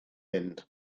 mynd